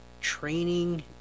training